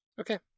Okay